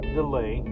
delay